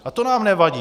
A to nám nevadí.